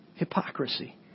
Hypocrisy